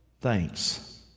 thanks